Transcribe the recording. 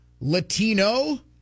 Latino